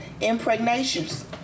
impregnations